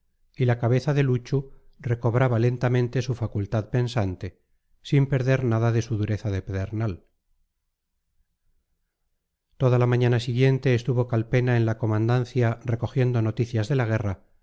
y la cabeza de luchu recobraba lentamente su facultad pensante sin perder nada de su dureza de pedernal toda la mañana siguiente estuvo calpena en la comandancia recogiendo noticias de la guerra